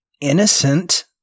innocent